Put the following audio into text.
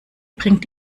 bringt